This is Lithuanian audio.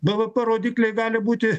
bvp rodikliai gali būti